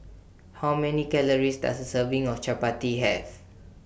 How Many Calories Does A Serving of Chappati Have